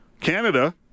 Canada